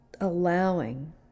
allowing